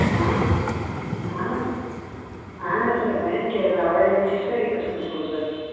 اہن حظ اہن حظ سَر بَنن کیازِنہٕ ایویلیبٕل چھِ سٲری قٕسم تھٲے مٕتۍ اَسہِ